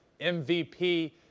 MVP